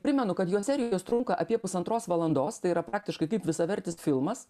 primenu kad jo serijos trunka apie pusantros valandos tai yra praktiškai kaip visavertis filmas